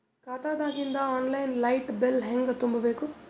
ಖಾತಾದಾಗಿಂದ online light bill ಹೇಂಗ ತುಂಬಾ ಬೇಕು?